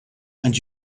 and